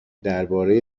درباره